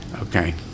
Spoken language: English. Okay